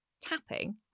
Tapping